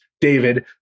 David